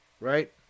right